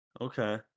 Okay